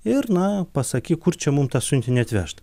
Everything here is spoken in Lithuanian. ir na pasakyk kur čia mum tą siuntinį atvežt